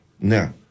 Now